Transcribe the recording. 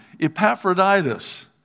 Epaphroditus